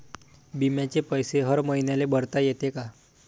बिम्याचे पैसे हर मईन्याले भरता येते का?